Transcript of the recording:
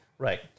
Right